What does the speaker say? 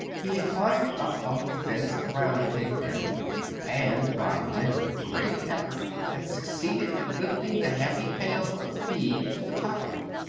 he had climbed up on the fence around the pig-pen, and by dint of great effort had succeeded in lifting the heavy pail of feed to the top of it.